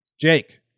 Jake